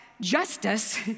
justice